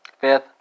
Fifth